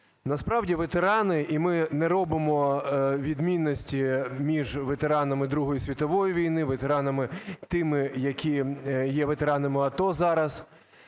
Насправді, ветерани, і ми не робимо відмінності між ветеранами Другої світової війни, ветеранами тими, які є ветеранами АТО зараз.